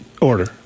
order